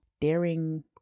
daring